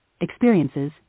experiences